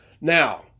Now